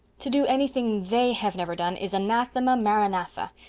to do anything they have never done is anathema maranatha.